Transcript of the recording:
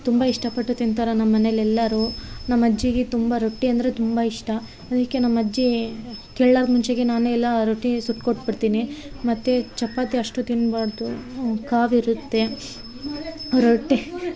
ತುಂಬ ಇಷ್ಟ ಪಟ್ಟು ತಿಂತಾರೆ ನಮ್ಮ ಮನೇಲಿ ಎಲ್ಲರು ನಮ್ಮ ಅಜ್ಜಿಗೆ ತುಂಬ ರೊಟ್ಟಿ ಅಂದರೆ ತುಂಬ ಇಷ್ಟ ಅದಕ್ಕೆ ನಮ್ಮ ಅಜ್ಜಿ ಕೇಳಲಾರ್ದ್ ಮುಂಚೆಗೆ ನಾನೇ ಎಲ್ಲ ರೊಟ್ಟಿ ಸುಟ್ಟು ಕೊಟ್ಬಿಡ್ತೀನಿ ಮತ್ತು ಚಪಾತಿ ಅಷ್ಟು ತಿನ್ಬಾರದು ಕಾವಿರುತ್ತೆ ರೊಟ್ಟಿ